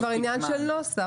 זה כבר עניין של נוסח,